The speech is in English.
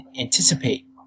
anticipate